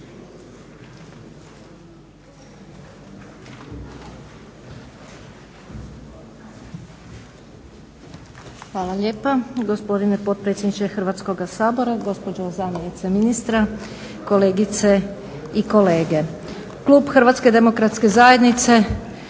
Hvala lijepa. Gospodine potpredsjedniče Hrvatskoga sabora, gospođo zamjenice ministra, kolegice i kolege klub Hrvatske demokratske zajednice